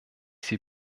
sie